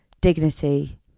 dignity